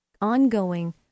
ongoing